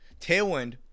tailwind